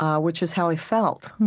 um which is how i felt.